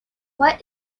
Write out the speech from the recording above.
what